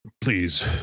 Please